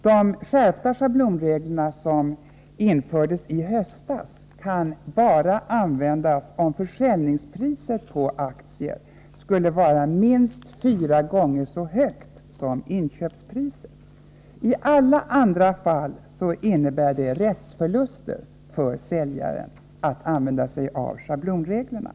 De skärpta schablonregler som infördes i höstas kan endast användas om försäljningspriset på aktierna skulle vara minst fyra gånger så högt som inköpspriset. I alla andra fall innebär det rättsförluster för säljaren att använda sig av schablonreglerna.